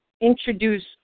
introduce